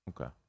Okay